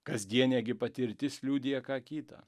kasdienė gi patirtis liudija ką kita